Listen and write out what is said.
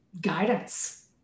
guidance